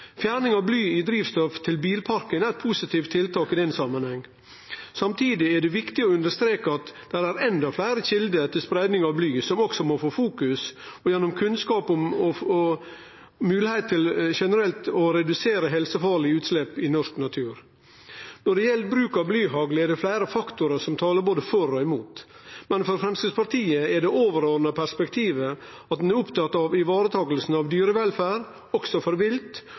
Fjerning av bly i drivstoff til bilparken er eit positivt tiltak i den samanhengen. Samtidig er det viktig å understreke at det er endå fleire kjelder til spreiing av bly som også må få fokus, og gjennom kunnskap får ein moglegheit til generelt å redusere helsefarlege utslepp i norsk natur. Når det gjeld bruk av blyhagl, er det fleire faktorar som talar både for og imot. Men for Framstegspartiet er det overordna perspektivet at ein er opptatt av å vareta dyrevelferd, også for vilt,